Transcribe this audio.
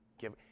give